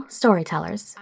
storytellers